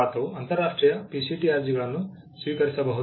ಭಾರತವು ಅಂತರರಾಷ್ಟ್ರೀಯ PCT ಅರ್ಜಿಗಳನ್ನು ಸ್ವೀಕರಿಸಬಹುದು